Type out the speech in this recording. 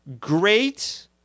great